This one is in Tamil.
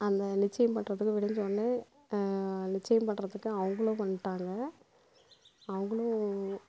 அந்த நிச்சியம் பண்ணுறதுக்கு விடிஞ்சோடனே நிச்சயம் பண்ணுறதுக்கு அவங்களும் வந்ட்டாங்க அவங்களும்